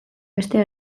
bestea